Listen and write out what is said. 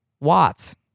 Watts